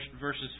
verses